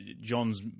John's